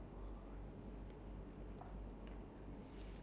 like the old old civilization right ya